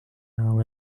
now